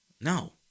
No